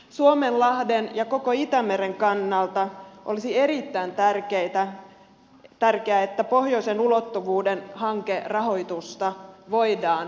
suomenlahden ja koko itämeren kannalta olisi erittäin tärkeää että pohjoisen ulottuvuuden hankerahoitusta voidaan jatkaa